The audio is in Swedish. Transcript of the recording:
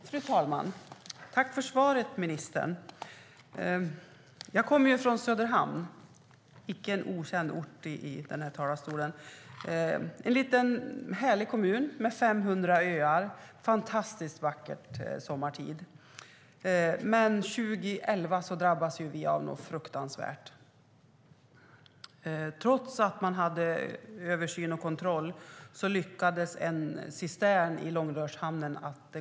Fru talman! Tack för svaret, ministern! Jag kommer från Söderhamn, en icke okänd ort i den här talarstolen. Det är en liten härlig kommun med 500 öar. Där är fantastiskt vackert sommartid. År 2011 drabbades kommunen av något fruktansvärt. Trots översyn och kontroll gick en cistern i Långrörs hamn sönder.